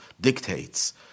dictates